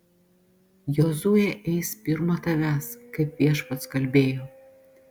jozuė eis pirma tavęs kaip viešpats kalbėjo